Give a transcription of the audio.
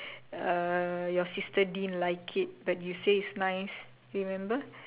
uh your sister didn't like it but you say it's nice you remember